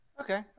Okay